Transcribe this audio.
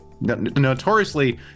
Notoriously